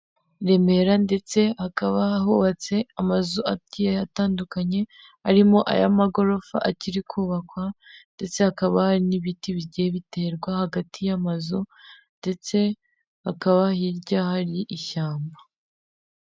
Remera ndetse hakaba hubatse amazu agiye atandukanye, arimo ay'amagorofa akiri kubakwa ndetse hakaba hari n'ibiti bigiye biterwa hagati y'amazu ndetse hakaba hirya hari ishyamba.